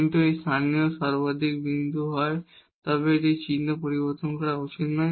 কিন্তু যদি এটি স্থানীয় সর্বাধিক বিন্দু হয় তবে এটির চিহ্ন পরিবর্তন করা উচিত নয়